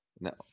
No